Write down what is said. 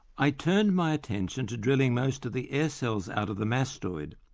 i turned my attention to drilling most of the air cells out of the mastoid,